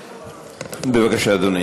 רק באתי להצביע.